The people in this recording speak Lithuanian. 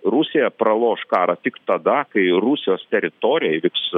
rusija praloš karą tik tada kai rusijos teritorijoj įvyks